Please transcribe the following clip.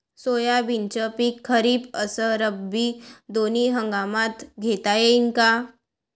सोयाबीनचं पिक खरीप अस रब्बी दोनी हंगामात घेता येईन का?